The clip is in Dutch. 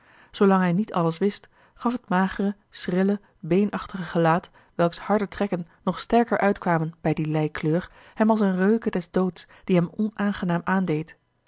zoolang hij niet alles wist gaf het magere schrille beenachtige gelaat welks harde trekken nog sterker uitkwamen bij die lijkkleur hem als eene reuke des doods die hem onaangenaam aandeed